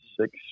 six